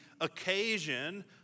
occasion